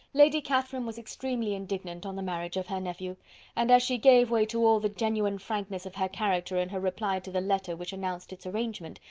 lady catherine was extremely indignant on the marriage of her nephew and as she gave way to all the genuine frankness of her character in her reply to the letter which announced its arrangement,